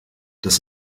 das